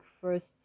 first